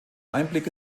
einblick